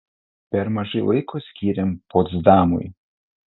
per mažai laiko skyrėm potsdamui